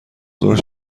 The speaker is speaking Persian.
ظهر